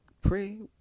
pray